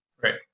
right